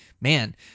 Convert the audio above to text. man